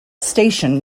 station